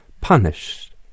punished